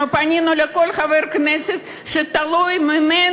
אנחנו פנינו לכל חבר כנסת שזה תלוי בו,